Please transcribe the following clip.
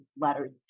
letters